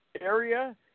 area